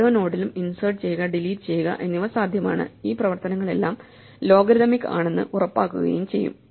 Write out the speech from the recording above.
ഓരോ നോഡിലും ഇൻസേർട്ട് ചെയ്യുക ഡിലീറ്റ് ചെയ്യുക എന്നിവ സാധ്യമാണ് ഈ പ്രവർത്തനങ്ങളെല്ലാം ലോഗരിഥമിക് ആണെന്ന് ഉറപ്പാക്കുകയും ചെയ്യും